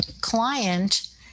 client